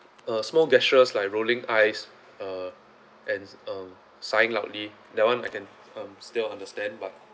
uh small gestures like rolling eyes uh and um sighing loudly that one I can still understand but